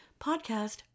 Podcast